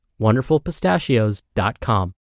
wonderfulpistachios.com